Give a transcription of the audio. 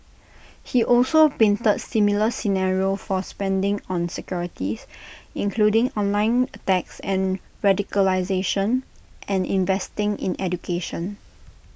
he also painted similar scenarios for spending on securities including online attacks and radicalisation and investing in education